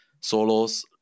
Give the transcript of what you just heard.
solos